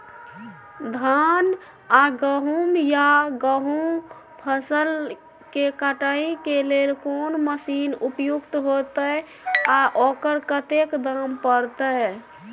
धान आ गहूम या गेहूं फसल के कटाई के लेल कोन मसीन उपयुक्त होतै आ ओकर कतेक दाम परतै?